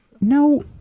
No